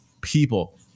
people